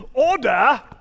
Order